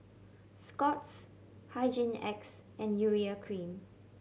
Scott's Hygin X and Urea Cream